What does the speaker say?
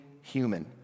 human